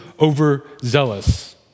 overzealous